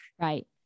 Right